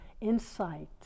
insight